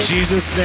Jesus